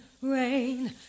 Rain